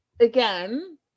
again